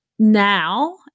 Now